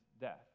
death